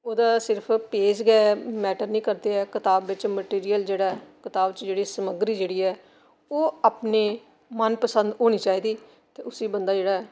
ओह्दा सिर्फ पोज गै मैटर करदे कताब बिच्च मटिरियल जेह्ड़ा ऐ कताब च जेह्ड़ी समग्री जेह्ड़ी ऐ ओह् अपने मन पसंद होनी चाहिदी ते उसी बंदा जेह्ड़ा ऐ